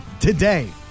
Today